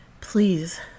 Please